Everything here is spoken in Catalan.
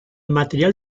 material